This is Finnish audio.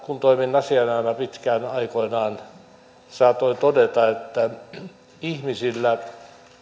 kun toimin asianajajana pitkään aikoinaan saatoin todeta että ihmisillä